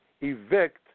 evict